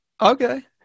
Okay